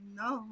no